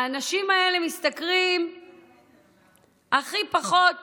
האנשים האלה משתכרים הכי פחות